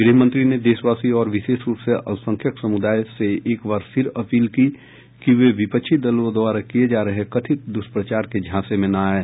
गृह मंत्री ने देशवासियों और विशेष रूप से अल्पसंख्यक समुदाय से एक बार फिर अपील की कि वे विपक्षी दलों द्वारा किए जा रहे कथित दुष्प्रचार के झांसे में ना आएं